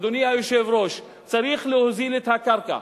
אדוני היושב-ראש, צריך להוזיל את הקרקע.